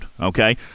okay